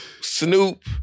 Snoop